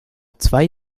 zwei